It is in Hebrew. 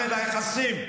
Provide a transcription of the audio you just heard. היחסים.